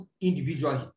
individual